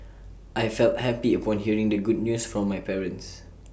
I felt happy upon hearing the good news from my parents